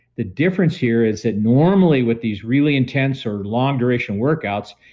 the difference here is that normally with these really intense or long-duration workouts,